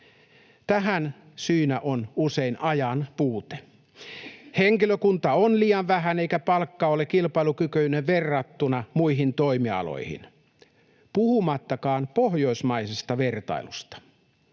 Tähän syynä on usein ajan puute. Henkilökuntaa on liian vähän, eikä palkka ole kilpailukykyinen verrattuna muihin toimialoihin — puhumattakaan pohjoismaisesta vertailusta.